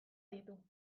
ditu